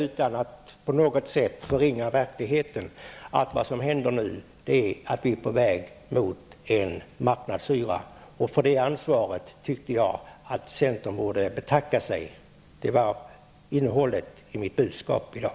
Utan att på något sätt förringa verkligheten kan vi också säga att vi nu är på väg mot en marknadshyra, och för det ansvaret tycker jag att centern borde betacka sig. Det var innehållet i mitt budskap i dag.